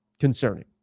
concerning